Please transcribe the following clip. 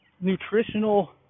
nutritional